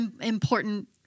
important